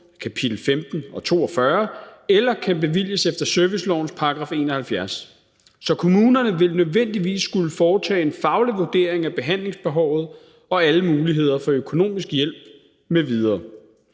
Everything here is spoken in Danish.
kapitel 15 og 42 eller kan bevilges efter servicelovens § 71. Så kommunerne vil nødvendigvis skulle foretage en faglig vurdering af behandlingsbehovet og alle muligheder for økonomisk hjælp m.v.